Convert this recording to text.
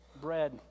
bread